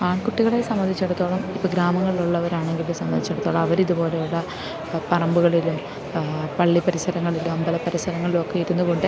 ആൺകുട്ടികളെ സംബന്ധിച്ചിടത്തോളം ഇപ്പോൾ ഗ്രാമങ്ങളിലുള്ളവരാണെങ്കിലും സംബന്ധിച്ചിടത്തോളം അവരിതു പോലെയുള്ള പറമ്പുകളിലും പള്ളിപ്പരിസരങ്ങളിലും അമ്പലപ്പരിസരങ്ങളിലൊക്കെ ഇരുന്നു കൊണ്ട്